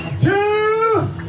two